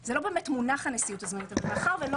זה לא באמת מונח הנשיאות הזמנית אבל מאחר ולא